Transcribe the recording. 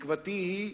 תקוותי היא,